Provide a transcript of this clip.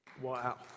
Wow